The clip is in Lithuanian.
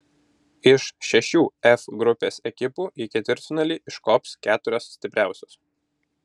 iš šešių f grupės ekipų į ketvirtfinalį iškops keturios stipriausios